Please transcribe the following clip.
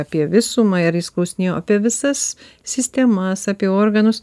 apie visumą ir jis klausinėjo apie visas sistemas apie organus